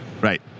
Right